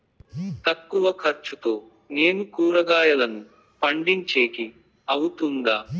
తక్కువ ఖర్చుతో నేను కూరగాయలను పండించేకి అవుతుందా?